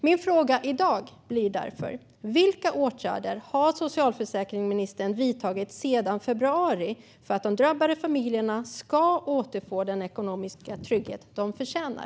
Min fråga i dag blir därför: Vilka åtgärder har socialförsäkringsministern vidtagit sedan februari för att de drabbade familjerna ska återfå den ekonomiska trygghet de förtjänar?